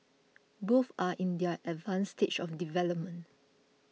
both are in their advanced stage of development